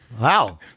Wow